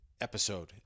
episode